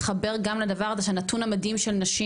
זה מתחבר בעיקר לנתון המדהים שגם נשים